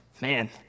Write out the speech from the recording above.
man